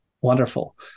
Wonderful